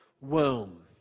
womb